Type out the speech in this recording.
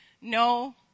no